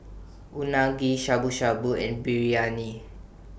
Unagi Shabu Shabu and Biryani